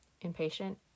impatient